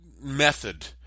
method